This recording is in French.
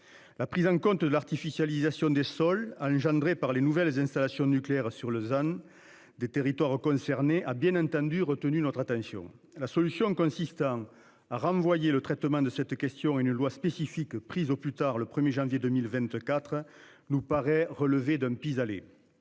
La prise en compte de l'artificialisation des sols engendrée par les nouvelles installations nucléaires sur Lausanne. Des territoires concernés a bien entendu retenu notre attention. La solution consistant à renvoyer le traitement de cette question une loi spécifique prise au plus tard le 1er janvier 2024 nous paraît relever d'un pis-aller